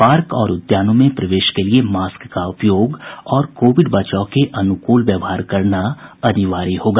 park और उद्यानों में प्रवेश के लिए मास्क का उपयोग और कोविड बचाव के अनुकूल व्यवहार करना अनिवार्य होगा